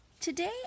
Today